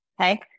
Okay